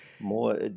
More